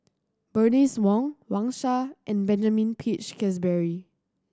Bernice Wong Wang Sha and Benjamin Peach Keasberry